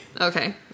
okay